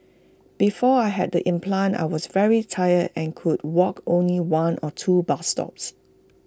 before I had the implant I was very tired and could walk only one or two bus stops